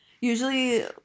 Usually